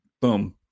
Boom